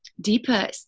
deeper